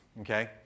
okay